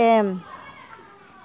M